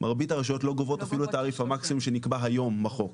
מרבית הרשויות לא גובות אפילו את תעריף המקסימום שנקבע היום בחוק,